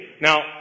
Now